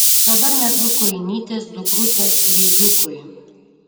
dabar mezgu kojinytes dukrutės beibiukui